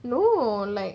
no like